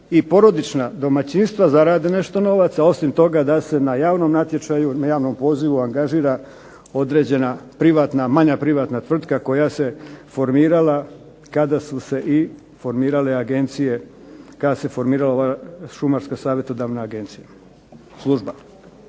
i porodična domaćinstva zarade nešto novaca, osim toga da se na javnom natječaju na javnom pozivu angažira određena privatna, manja privatna tvrtka koja se formirala kada su se i formirale agencije, kada se formirala ova šumarska savjetodavna agencija, služba.